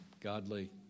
godly